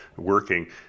working